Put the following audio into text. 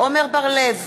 עמר בר-לב,